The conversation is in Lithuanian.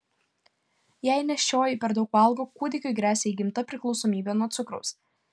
jei nėščioji per daug valgo kūdikiui gresia įgimta priklausomybė nuo cukraus